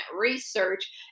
research